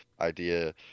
idea